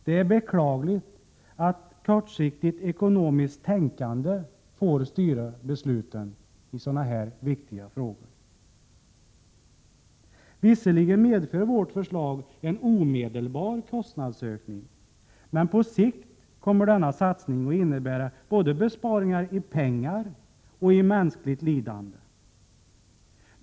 Det är beklagligt att kortsiktigt ekonomiskt tänkande får styra besluten i dessa viktiga frågor. Visserligen medför vårt förslag en omedelbar kostnadsökning, men på sikt kommer denna satsning att innebära besparingar både i pengar och i mänskligt lidande.